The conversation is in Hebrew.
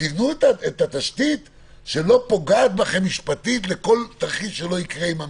תבנו את התשתית שלא פוגעת בכם משפטית לכל תרחיש שלא יקרה עם הממשלה.